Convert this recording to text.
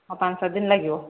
ହଁ ପାଞ୍ଚ ଛଅ ଦିନ ଲାଗିବ